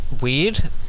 weird